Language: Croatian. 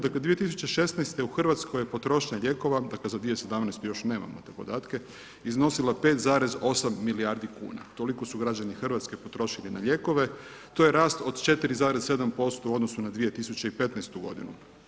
Dakle 2016. u Hrvatskoj je potrošnja lijekova, dakle za 2017. još nemamo te podatke, iznosila 5,8 milijardi kuna. toliko su građani Hrvatske potrošili na lijekove, to je rast od 4,7% u odnosu na 2015. godinu.